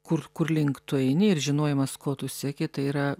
kur kurlink tu eini ir žinojimas ko tu sieki tai yra